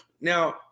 Now